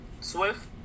Swift